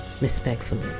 respectfully